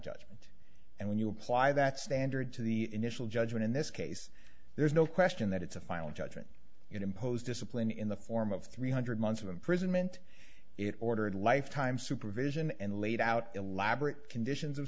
judgment and when you apply that standard to the initial judgment in this case there's no question that it's a final judgment impose discipline in the form of three hundred months of imprisonment it ordered lifetime supervision and laid out elaborate conditions of